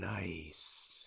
nice